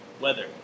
Weather